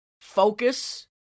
focus